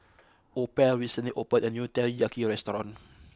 opal recently opened a new Teriyaki restaurant